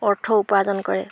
অৰ্থ উপাৰ্জন কৰে